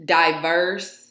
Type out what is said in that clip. diverse